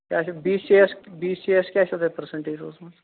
کیٛاہ چھُ B C B C کیٛاہ آسیو تۄہہِ پٔرسَنٹیج روٗزمُت